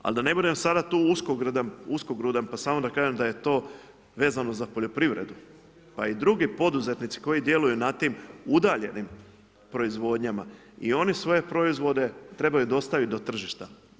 Ali da ne budem sad tu uskogrudan pa samo da kažem da je to vezano za poljoprivredu pa i drugi poduzetnici koji djeluju na tim udaljenim proizvodnjama i oni su svoje proizvode trebaju dostavit do tržišta.